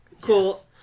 Cool